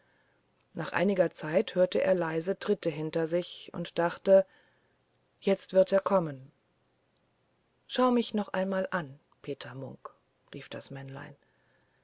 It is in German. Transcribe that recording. nach einiger zeit hörte er leise tritte hinter sich und dachte jetzt wird er kommen schau dich noch einmal um peter munk rief das männlein